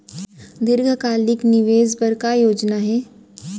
दीर्घकालिक निवेश बर का योजना हे?